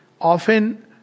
often